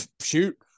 Shoot